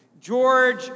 George